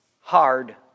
hard